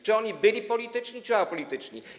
Czy oni byli polityczni czy apolityczni?